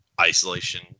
isolation